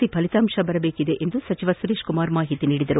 C ಫಲಿತಾಂಶ ಬರಲಿದೆ ಎಂದು ಸಚಿವ ಸುರೇಶ್ ಕುಮಾರ್ ಮಾಹಿತಿ ನೀಡಿದ್ದಾರೆ